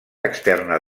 externa